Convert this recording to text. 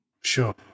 sure